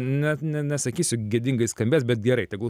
net ne nesakysiu gėdingai skambės bet gerai tegul